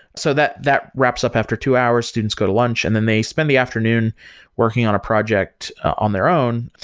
so that that wraps up after two hours. students go to lunch, and then they spend the afternoon working on a project on their own.